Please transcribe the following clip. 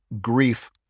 grief